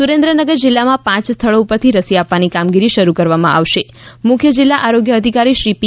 સુરેન્દ્રનગર જીલ્લામાં પાંચ સ્થળો ઉપરથી રસી આપવાની કામગીરી શરૂ કરવામાં આવશે મુખ્ય જિલ્લા આરોગ્ય અધિકારી શ્રી પી